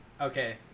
okay